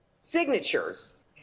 signatures